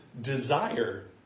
desire